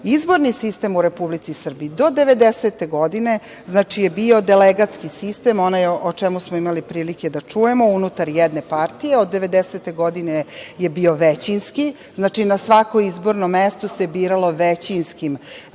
sistem u Republici Srbiji do 1990. godine je bio delegatski sistem, onaj o čemu smo imali prilike da čujemo, unutar jedne partije. Od 1990. godine je bio većinski, znači, na svako izborno mesto se biralo većinskim